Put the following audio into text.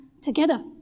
together